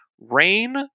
Rain